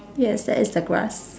yes that is the grass